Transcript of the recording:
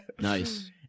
nice